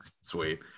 Sweet